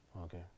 Okay